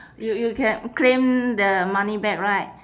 you you can claim the money back right